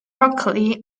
broccoli